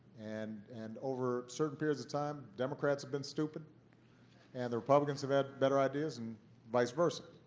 and and over certain periods of time, democrats have been stupid and the republicans have had better ideas, and vice versa.